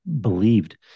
believed